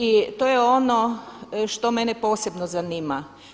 I to je ono što mene posebno zanima.